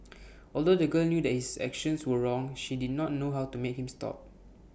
although the girl knew that his actions were wrong she did not know how to make him stop